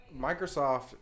Microsoft